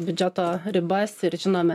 biudžeto ribas ir žinome